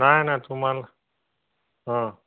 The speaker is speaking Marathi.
नाही नाही तुम्हाला हां